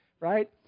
right